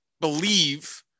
believe